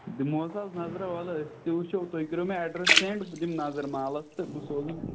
دِمہوس حظ نظر وَظر أسۍ تہِ وٕچھو تُہۍ کٔرِو مےٚ اٮ۪ڈرس سٮ۪نٛڈ بہٕ دِمہٕ نظر مالَس تہٕ بہٕ سوزَن